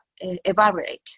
evaluate